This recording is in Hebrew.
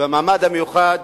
ולמעמד המיוחד